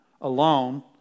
alone